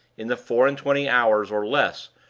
in the four-and-twenty hours, or less,